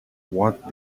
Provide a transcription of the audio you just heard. want